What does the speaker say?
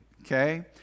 okay